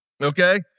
okay